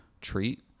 treat